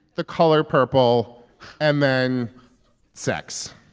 the color purple and then sex